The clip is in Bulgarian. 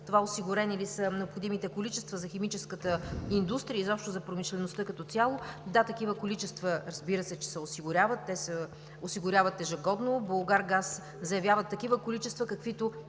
това: осигурени ли са необходимите количества за химическата индустрия и изобщо за промишлеността като цяло? Да, такива количества, разбира се, че се осигуряват. Те се осигуряват ежегодно. „Булгаргаз“ заявява такива количества, за каквито